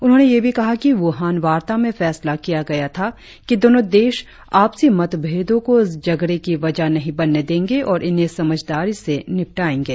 उन्होंने यह भी कहा कि वुहान वार्ता में फैसला किया गया था कि दोनो देश आपसी मतभेदों को झगड़े की वजह नही बनने देंगे और इन्हें समझदारी से निपटाएंगे